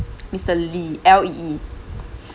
mister lee L E E